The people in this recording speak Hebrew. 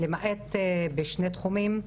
למעט בשני תחומים,